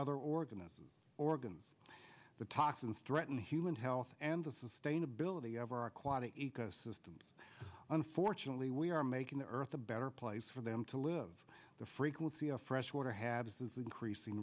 other organisms organs the toxins threaten human health and the sustainability of our aquatic ecosystem unfortunately we are making the earth a better place for them to live the frequency of fresh water have is the increasing